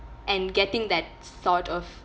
and getting that sort of